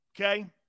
okay